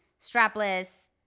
strapless